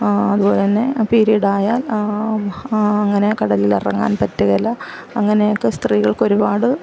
അതുപോലെതന്നെ പീരിയഡ് ആയാൽ അങ്ങനെ കടലിൽ ഇറങ്ങാൻ പറ്റുകയില്ല അങ്ങനെയെക്കെ സ്ത്രീകൾക്ക് ഒരുപാട്